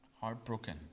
Heartbroken